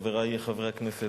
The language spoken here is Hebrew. חברי חברי הכנסת,